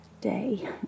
day